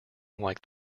like